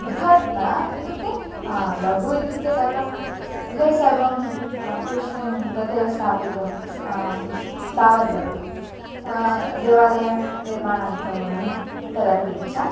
बृहन् न इत्युक्ते लघु इत्युक्ते कथं गृहे सर्वं तु तूष्णीं तथैव स्थापयितुं सा इति तावद् लघु देवालयनिर्माणं करोमि तदपि च